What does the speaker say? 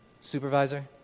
Supervisor